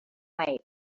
night